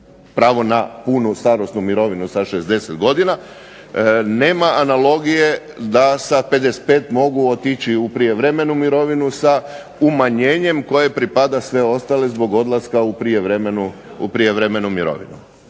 pravo na punu starosnu mirovinu sa 60. godina. Nema analogije da sa 55 mogu otići u prijevremenu mirovinu sa umanjenjem koje pripada sve ostale zbog odlaska u prijevremenu mirovinu.